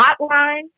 hotline